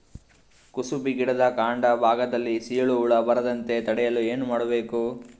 ಕುಸುಬಿ ಗಿಡದ ಕಾಂಡ ಭಾಗದಲ್ಲಿ ಸೀರು ಹುಳು ಬರದಂತೆ ತಡೆಯಲು ಏನ್ ಮಾಡಬೇಕು?